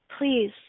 please